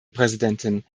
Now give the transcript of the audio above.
präsidentin